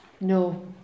No